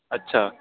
अच्छा